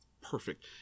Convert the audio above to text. perfect